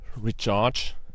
recharge